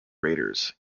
raiders